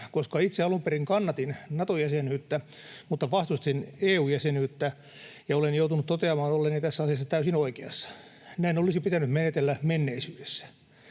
koska itse alun perin kannatin Nato-jäsenyyttä mutta vastustin EU-jäsenyyttä, ja olen joutunut toteamaan olleeni tässä asiassa täysin oikeassa. Näin olisi pitänyt menetellä menneisyydessä.